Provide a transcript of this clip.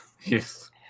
Yes